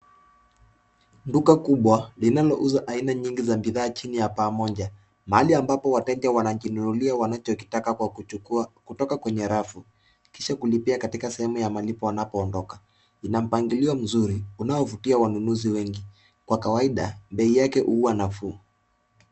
Duka kubwa linalouza aina nyingi za bidhaa chini ya paa moja. Mahali ambapo wateja wanajinunulia wanachokitaka kwa kuchukua kutoka kwenye rafu kisha kulipia katika sehemu ya malipo wanapoondoka. Ina mpangilio mzuri unaovutia wanunuzi wengi. Kwa kawaida, bei yake huwa nafuu.